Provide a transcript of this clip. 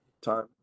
time